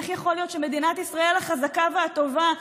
איך יכול להיות שמדינת ישראל החזקה והטובה,